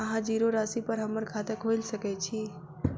अहाँ जीरो राशि पर हम्मर खाता खोइल सकै छी?